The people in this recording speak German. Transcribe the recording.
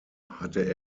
hatte